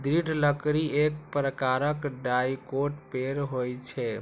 दृढ़ लकड़ी एक प्रकारक डाइकोट पेड़ होइ छै